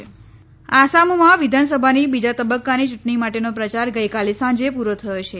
આસામ ચુંટણી આસામમાં વિધાનસભાની બીજા તબકકાની ચુંટણી માટેનો પ્રચાર ગઇકાલે સાંજે પુરો થયો છે